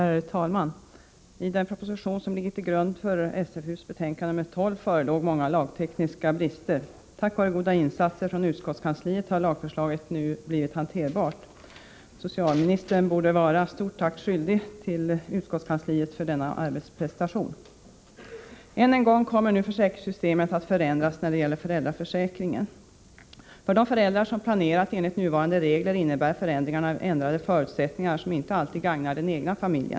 Herr talman! I den proposition som ligger till grund för socialförsäkringsutskottets betänkande nr 12 förelåg många lagtekniska brister. Tack vare goda insatser av utskottskansliet har lagförslaget nu blivit hanterbart. Socialministern är utskottskansliet stort tack skyldig för denna arbetsprestation. Än en gång kommer nu försäkringssystemet att förändras när det gäller föräldraförsäkringen. För de föräldrar som har planerat enligt nuvarande regler innebär förändringarna ändrade förutsättningar, som inte alltid gagnar den egna familjen.